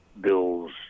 Bills